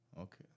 okay